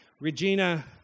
Regina